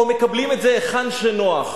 או מקבלים את זה היכן שנוח?